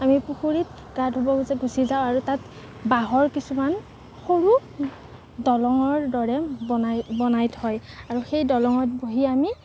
আমি পুখুৰীত গা ধুব গুচি যাওঁ আৰু তাত বাঁহৰ কিছুমান সৰু দলঙৰ দৰে বনাই বনাই থয় আৰু সেই দলঙত বহি আমি